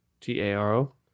T-A-R-O